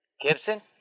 Gibson